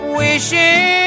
wishing